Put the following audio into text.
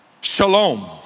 shalom